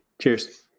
Cheers